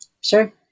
Sure